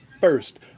First